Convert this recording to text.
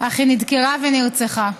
אך נדקרה ונרצחה.